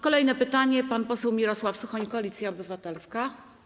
Kolejne pytanie, pan poseł Mirosław Suchoń, Koalicja Obywatelska.